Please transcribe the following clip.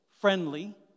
friendly